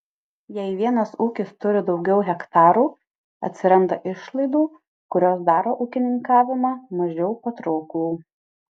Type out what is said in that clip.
jei vienas ūkis turi daugiau hektarų atsiranda išlaidų kurios daro ūkininkavimą mažiau patrauklų